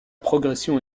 progression